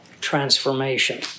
transformation